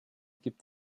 gibt